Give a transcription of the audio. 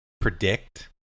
predict